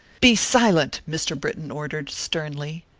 be silent! mr. britton ordered, sternly,